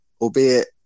albeit